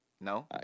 No